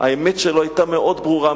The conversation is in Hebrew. האמת שלו היתה מאוד ברורה,